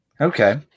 Okay